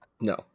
No